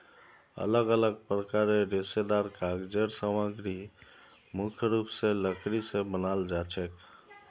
अलग अलग प्रकारेर रेशेदार कागज़ेर सामग्री मुख्य रूप स लकड़ी स बनाल जाछेक